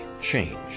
change